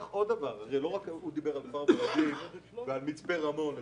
הוא דיבר על כפר ורדים ועל מצפה רמון,